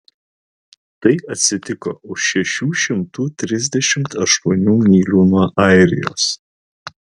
tai atsitiko už šešių šimtų trisdešimt aštuonių mylių nuo airijos